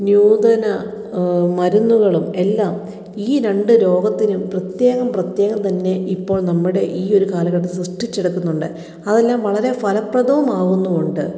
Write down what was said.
ന്യുതന മരുന്നുകളും എല്ലാം ഈ രണ്ട് രോഗത്തിനും പ്രത്യേകം പ്രത്യേകം തന്നെ ഇപ്പോൾ നമ്മുടെ ഈ ഒരു കാലഘട്ടത്തിൽ സൃഷ്ടിച്ചെടുക്കുന്നുണ്ട് അതെല്ലാം വളരെ ഫലപ്രദവുമാവുന്നുമുണ്ട്